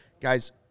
Guys